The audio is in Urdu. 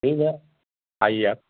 ٹھیک ہے آئیے آپ